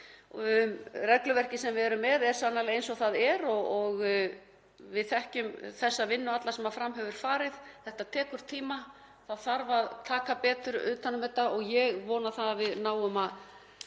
Regluverkið sem við erum með er sannarlega eins og það er og við þekkjum þessa vinnu alla sem fram hefur farið. Þetta tekur tíma. Það þarf að taka betur utan um þetta og ég vona að við náum að